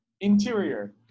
interior